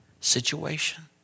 situation